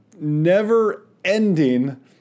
never-ending